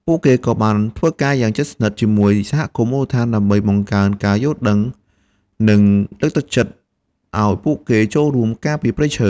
ពួកគេក៏បានធ្វើការយ៉ាងជិតស្និទ្ធជាមួយសហគមន៍មូលដ្ឋានដើម្បីបង្កើតការយល់ដឹង និងលើកទឹកចិត្តឱ្យពួកគេចូលរួមការពារព្រៃឈើ។